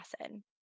acid